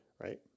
right